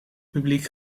publiek